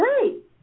great